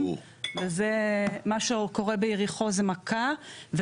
מה שקורה ביריחו זו מכה,